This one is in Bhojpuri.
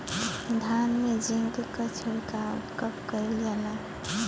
धान में जिंक क छिड़काव कब कइल जाला?